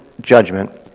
judgment